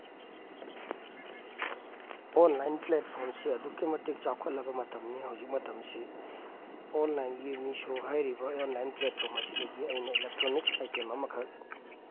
online ꯄ꯭ꯂꯦꯠꯐꯣꯝꯁꯤ ꯑꯗꯨꯛꯀꯤ ꯃꯇꯤꯛ ꯆꯥꯎꯈꯠꯂꯕ ꯃꯇꯝꯅꯤ ꯍꯧꯖꯤꯛꯀꯤ ꯃꯇꯝꯁꯤ ꯑꯣꯟꯂꯥꯏꯟꯒꯤ ꯃꯤꯁꯣ ꯍꯥꯏꯔꯤꯕ ꯑꯣꯟꯂꯥꯏꯟ ꯄ꯭ꯂꯦꯠꯐꯣꯝ ꯑꯁꯤꯗꯒꯤ ꯑꯩꯅ ꯑꯦꯂꯦꯛꯇ꯭ꯔꯣꯅꯤꯛꯁ ꯑꯥꯏꯇꯦꯝ ꯑꯃꯈꯛ